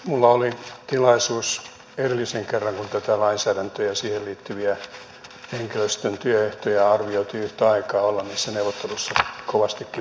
minulla oli tilaisuus edellisen kerran kun tätä lainsäädäntöä ja siihen liittyviä henkilöstön työehtoja arvioitiin yhtä aikaa olla niissä neuvotteluissa kovastikin mukana